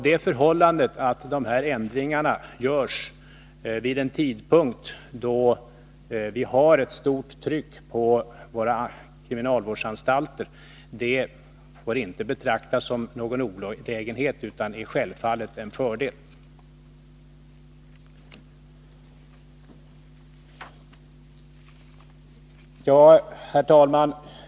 Det förhållandet att dessa ändringar görs vid en tidpunkt då vi har ett stort tryck på våra kriminalvårdsanstalter får inte betraktas som någon olägenhet utan är självfallet en fördel. Herr talman!